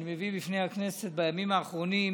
אני מביא בפני הכנסת בימים האחרונים